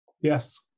Yes